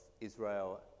Israel